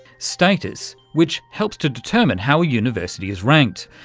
status which helps to determine how a university is ranked,